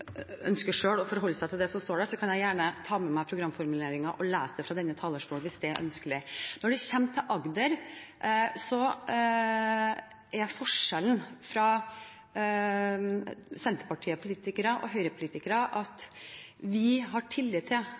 ønsker å forholde seg til det som står der, kan jeg gjerne ta med meg programformuleringen og lese den fra denne talerstolen, hvis det er ønskelig. Når det kommer til Agder, er forskjellen mellom Senterparti-politikere og Høyre-politikere at vi har tillit til